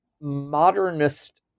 modernist